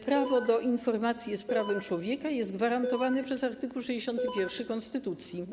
Prawo do informacji jest prawem człowieka, jest gwarantowane przez art. 61 konstytucji.